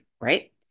right